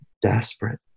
desperate